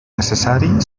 necessari